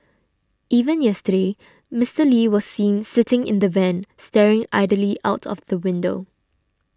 even yesterday Mister Lee was seen sitting in the van staring idly out of the window